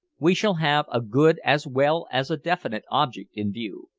we shall have a good as well as a definite object in view.